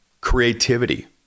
Creativity